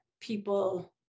people